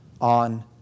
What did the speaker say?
on